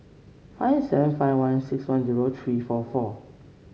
five seven five one six one zero three four four